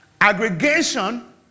Aggregation